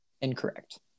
Incorrect